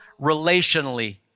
relationally